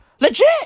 Legit